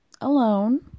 alone